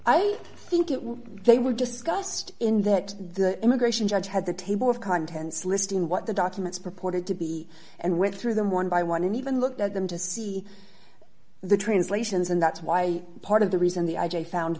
i think it they were discussed in that the immigration judge had the table of contents listing what the documents purported to be and went through them one by one and even looked at them to see the translations and that's why part of the reason the i j a found